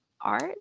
art